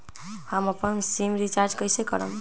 हम अपन SIM recharge कइसे करम?